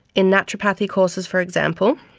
in naturopathy courses for example,